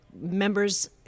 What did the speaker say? members